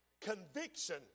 conviction